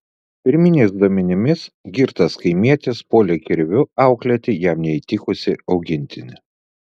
pirminiais duomenimis girtas kaimietis puolė kirviu auklėti jam neįtikusį augintinį